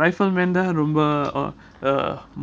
rifle man தான் ரொம்ப